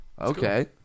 Okay